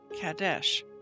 Kadesh